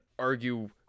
argue